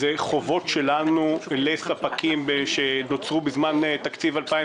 אלה חובות שלנו לספקים שנוצרו בזמן תקציב 2018,